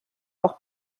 auch